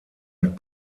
mit